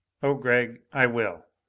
oh gregg, i will!